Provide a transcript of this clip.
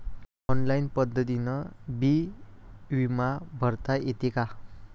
Online पद्धतीनं बी बिमा भरता येते का?